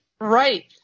Right